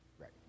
right